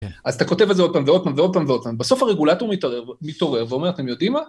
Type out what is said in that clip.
אז אתה כותב את זה עוד פעם ועוד פעם ועוד פעם, בסוף הרגולטור יתערער... מתעורר, ואומר, אתם יודעים מה?